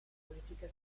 politica